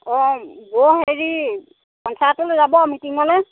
অ বৌ হেৰি পঞ্চায়তলৈ যাব মিটিঙলৈ